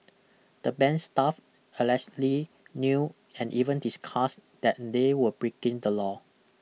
the bank's staff allegedly knew and even discussed that they were breaking the law